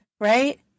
right